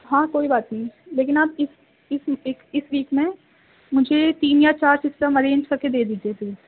ہاں کوئی بات نہیں لیکن آپ اس اس ویک پہ اس ویک میں مجھے تین یا چار سسٹم ارینج کرکے دے دیجیے پھر